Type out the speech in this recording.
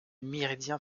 méridien